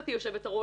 גברתי יושבת-הראש,